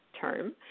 term